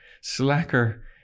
slacker